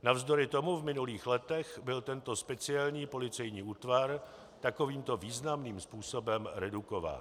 Navzdory tomu v minulých letech byl tento speciální policejní útvar takovýmto významným způsobem redukován.